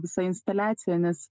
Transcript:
visa instaliacija nes